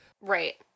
Right